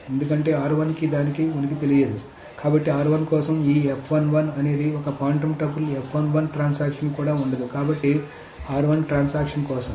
ఎందుకంటే దాని ఉనికి తెలియదు కాబట్టి ఈ అనేది ఒక ఫాంటమ్ టపుల్ ట్రాన్సాక్షన్ కి కూడా ఉండదు కాబట్టి ట్రాన్సాక్షన్ కోసం